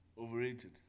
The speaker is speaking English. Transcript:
overrated